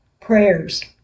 Prayers